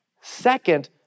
Second